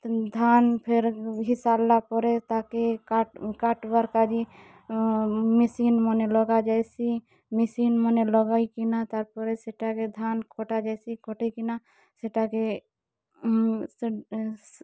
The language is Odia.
ଧାନ୍ ଫେର୍ ହେଇ ସାର୍ଲା ପରେ ତା'କେ କାଟ୍ବାର୍ କା'ଯେ ମେସିନ୍ ମାନେ ଲଗା ଯାଏସି ମେସିନ୍ ମାନେ ଲଗେଇ କିନା ତା'ର୍ପରେ ସେଟାକେ ଧାନ୍ କଟା ଯାଏସି କାଟି କିନା ସେଟାକେ ସେ